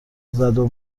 زدو